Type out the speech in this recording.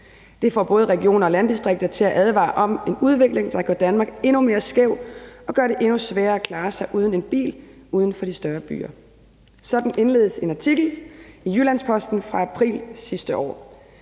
Det får både regioner og landdistrikter til at advare om en udvikling, der gør Danmark endnu mere skævt og gør det endnu sværere at klare sig uden en bil uden for de større byer. Sådan indledes en artikel i Jyllands-Posten fra april sidste år.